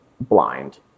blind